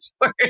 worse